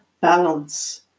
balance